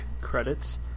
credits